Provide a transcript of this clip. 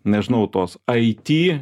nežinau tos aiti